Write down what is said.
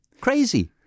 Crazy